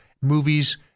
movies